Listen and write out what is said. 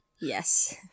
Yes